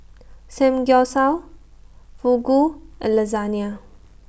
Samgyeopsal Fugu and Lasagna